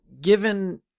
given